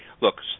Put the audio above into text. look